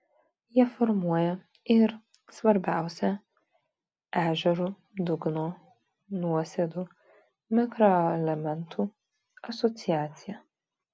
jie formuoja ir svarbiausią ežerų dugno nuosėdų mikroelementų asociaciją